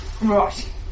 Right